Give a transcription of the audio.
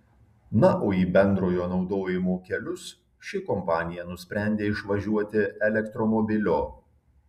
na o į bendrojo naudojimo kelius ši kompanija nusprendė išvažiuoti elektromobiliu